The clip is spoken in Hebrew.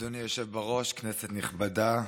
אדוני היושב-ראש, כנסת נכבדה,